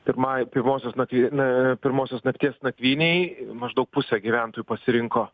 pirmai pirmosios naktie na pirmosios nakties nakvynei maždaug pusė gyventojų pasirinko